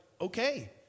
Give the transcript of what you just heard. okay